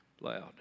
loud